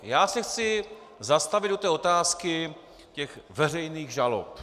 Já se chci zastavit u otázky veřejných žalob.